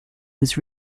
was